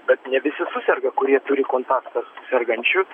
bet ne visi suserga kurie turi kontaktą su sergančiu